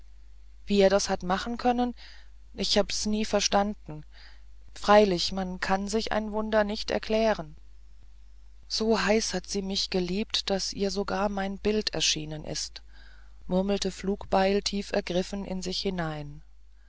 wie er das hat machen können ich hab's nie verstanden freilich man kann sich ein wunder nicht erklären so heiß hat sie mich geliebt daß ihr sogar mein bild erschienen ist murmelte flugbeil tief ergriffen in sich hinein